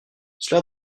cela